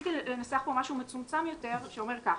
ניסיתי לנסח פה משהו מצומצם יותר, שאומר כך: